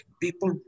people